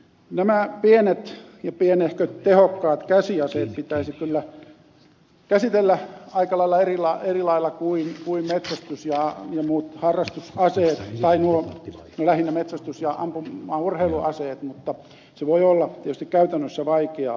nämä pienet ja pienehköt tehokkaat käsiaseet pitäisi kyllä käsitellä aika lailla eri lailla kuin metsästys ja muut harrastusaseet lähinnä metsästys ja ampumaurheiluaseet mutta se voi olla tietysti käytännössä vaikeaa